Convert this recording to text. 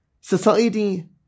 society